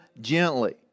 gently